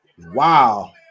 Wow